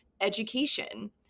education